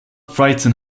frighten